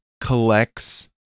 collects